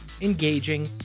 engaging